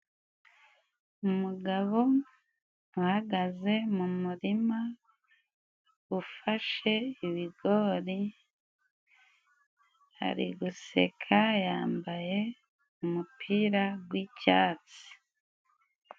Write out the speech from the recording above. Umugabo uhagaze mu murima, ufashe ibigori, ari guseka, yambaye umupira gw'icyatsi.